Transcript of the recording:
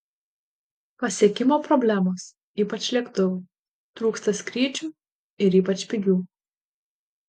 pasiekimo problemos ypač lėktuvų trūksta skrydžių ir ypač pigių